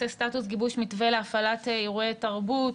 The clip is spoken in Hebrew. סטטוס גיבוש מתווה להפעלת אירועי תרבות,